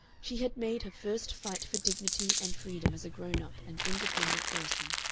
she had made her first fight for dignity and freedom as a grown-up and independent person,